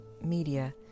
media